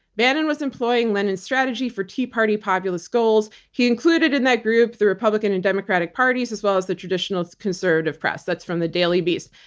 bannon was employing lenin's strategy for tea party, populist goals. he included in that group the republican and democratic parties, as well as the traditional conservative press. that's from the daily beast.